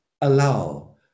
allow